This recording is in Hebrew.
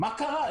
מה קרה?